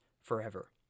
forever